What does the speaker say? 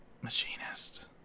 machinist